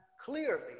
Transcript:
clearly